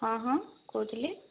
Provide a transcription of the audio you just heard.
ହଁ ହଁ କହୁଥିଲି